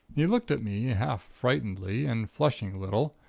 he looked at me, half frightenedly and flushing a little.